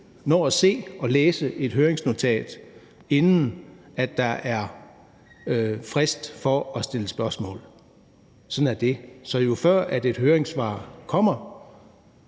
nå at se og læse et høringsnotat, inden fristen for at stille spørgsmål er udløbet. Sådan er det. Så jo før et høringssvar kommer,